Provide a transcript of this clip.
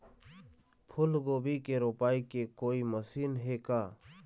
फूलगोभी के रोपाई के कोई मशीन हे का?